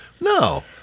no